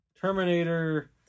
Terminator